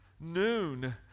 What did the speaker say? Noon